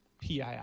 pii